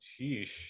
sheesh